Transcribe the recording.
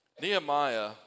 Nehemiah